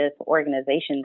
organizations